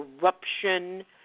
corruption